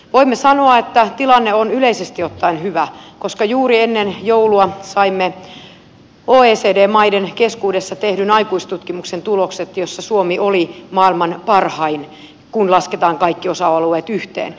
voimme sanoa että tilanne on yleisesti ottaen hyvä koska juuri ennen joulua saimme oecd maiden keskuudessa tehdyn aikuistutkimuksen tulokset joissa suomi oli maailman parhain kun lasketaan kaikki osa alueet yhteen